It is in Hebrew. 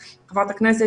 חברת הכנסת,